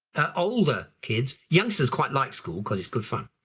older kids, youngsters quite like school because it's good fun,